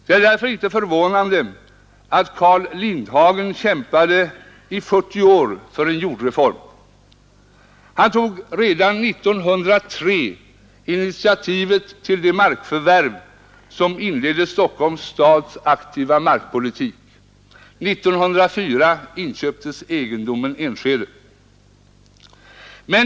Det är därför inte förvånande att Carl Lindhagen kämpade i 40 år för en jordreform. Han tog redan 1903 initiativet till de markförvärv som inledde Stockholms stads aktiva markpolitik. 1904 inköptes egendomen Enskede.